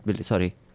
sorry